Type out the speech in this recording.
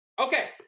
Okay